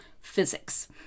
physics